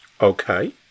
Okay